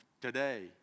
today